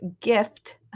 gift